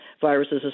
viruses